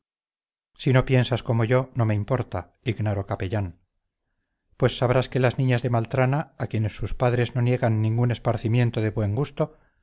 si no piensas como yo no me importa ignaro capellán pues sabrás que las niñas de maltrana a quienes sus padres no niegan ningún esparcimiento de buen gusto